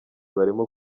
barimo